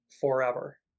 forever